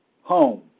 Home